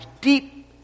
deep